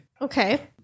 Okay